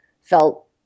felt